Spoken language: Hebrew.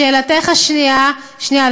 לשאלתך השנייה, למה, שנייה.